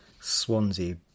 Swansea